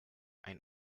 ein